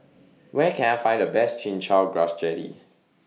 Where Can I Find The Best Chin Chow Grass Jelly